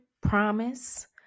promise